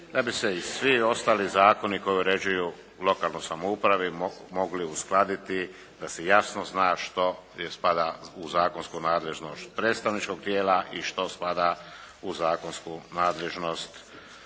da bi se svi ostali zakoni koji uređuju lokalnu samoupravu mogli uskladiti da se jasno zna što spada u zakonsku nadležnost predstavničkog tijela i što spada u zakonsku nadležnost izvršnog tijela,